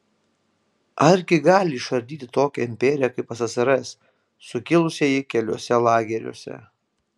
argi gali išardyti tokią imperiją kaip ssrs sukilusieji keliuose lageriuose